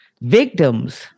victims